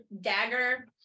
dagger